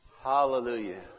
Hallelujah